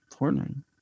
Fortnite